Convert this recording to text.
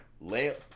lamp